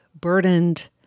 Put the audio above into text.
burdened